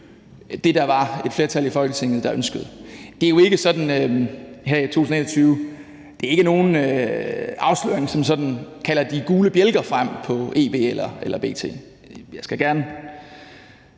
det, der var et flertal i Folketinget der ønskede. Det er jo her i 2021 ikke nogen afsløring, som sådan får de gule bjælker frem hos Ekstra Bladet eller B.T. Jeg skal gerne